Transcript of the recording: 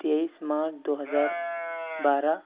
تیئس مارچ دو ہزار بارہ